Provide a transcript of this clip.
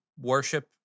worship